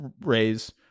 raise